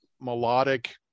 melodic